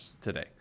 today